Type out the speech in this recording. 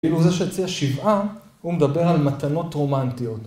כאילו זה שהציע שבעה הוא מדבר על מתנות רומנטיות.